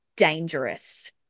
dangerous